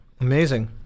amazing